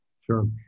Sure